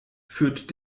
führt